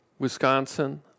Wisconsin